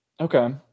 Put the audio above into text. Okay